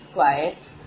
898820